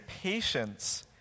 patience